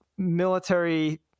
military